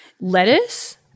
Lettuce